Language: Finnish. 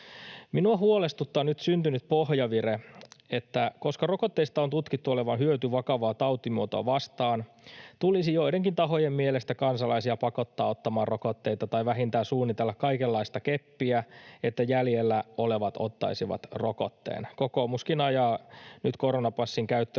Minua huolestuttaa nyt syntynyt pohjavire, että koska rokotteista on tutkittu olevan hyötyä vakavaa tautimuotoa vastaan, tulisi joidenkin tahojen mielestä kansalaisia pakottaa ottamaan rokotteita tai vähintään suunnitella kaikenlaista keppiä, että jäljellä olevat ottaisivat rokotteen. Kokoomuskin ajaa nyt koronapassin käyttöönottoa